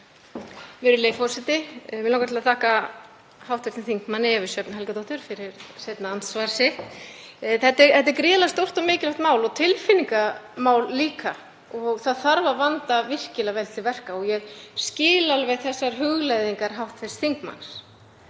Virðulegi forseti. Mig langar til að þakka hv. þingmanni Evu Sjöfn Helgadóttur fyrir seinna andsvarið. Þetta er gríðarlega stórt og mikilvægt mál og tilfinningamál líka og það þarf að vanda virkilega vel til verka. Ég skil alveg þessar hugleiðingar hv. þingmanns.